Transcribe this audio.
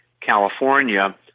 California